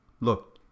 look